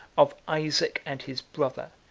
of isaac and his brother,